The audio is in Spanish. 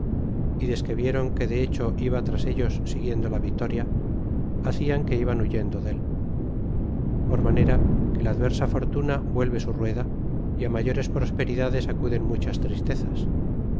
y desque vieron que de hecho iba tras ellos siguiendo la vitoria hacian que iban huyendo dé por manera que la adversa fortuna vuelve su rueda y mayores prosperidades acuden muchas tristezas